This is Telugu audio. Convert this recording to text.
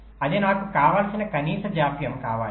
అది నాకు కావలసిన కనీస జాప్యం కావాలి